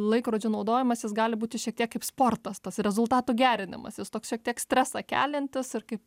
laikrodžio naudojimasis gali būti šiek tiek kaip sportas tas rezultatų gerinimasis toks šiek tiek stresą keliantis ir kaip